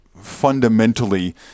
fundamentally